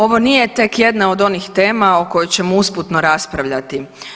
Ovo nije tek jedna od onih tema o kojoj ćemo usputno raspravljati.